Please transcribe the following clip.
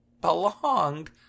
belonged